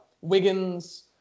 Wiggins